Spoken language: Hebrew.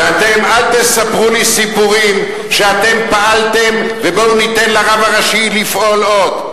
ואתם אל תספרו לי סיפורים שאתם פעלתם ובואו ניתן לרב הראשי לפעול עוד.